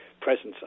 presence